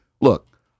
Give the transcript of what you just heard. Look